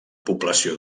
població